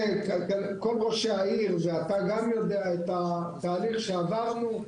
כול ראשי העיר, ואתה גם יודע את התהליך שעברנו,